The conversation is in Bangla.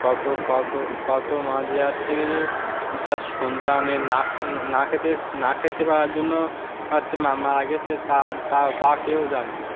কত কত কত মা যে আজ থেকে যে তার সন্তানের না খেতে না খেতে পারার জন্য হচ্ছে মারা গেছে তা তা কেউ জানে না